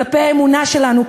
כלפי האמונה שלנו,